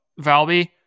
Valby